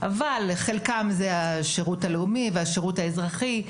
אבל חלקם זה השירות הלאומי והשירות האזרחי,